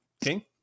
King